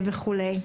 וכו'.